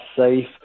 safe